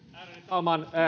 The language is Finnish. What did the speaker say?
talman